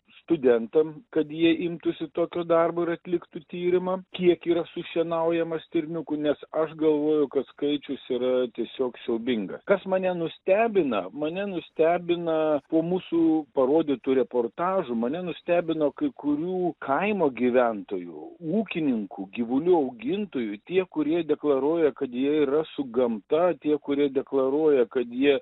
studentam kad jie imtųsi tokio darbo ir atliktų tyrimą kiek yra sušienaujama stirniukų nes aš galvoju kad skaičius yra tiesiog siaubingas kas mane nustebina mane nustebina po mūsų parodytų reportažų mane nustebino kai kurių kaimo gyventojų ūkininkų gyvulių augintojų tie kurie deklaruoja kad jie yra su gamta tie kurie deklaruoja kad jie